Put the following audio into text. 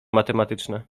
matematyczne